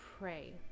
pray